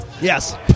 yes